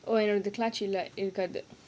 oh I know the clutch இல்ல இருக்காது:illa irukkaathu